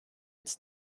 its